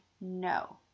no